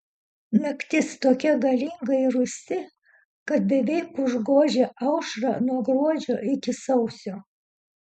naktis tokia galinga ir rūsti kad beveik užgožia aušrą nuo gruodžio iki sausio